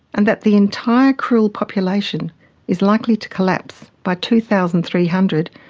and that the entire krill population is likely to collapse by two thousand three hundred,